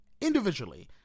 individually